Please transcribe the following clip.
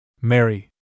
Mary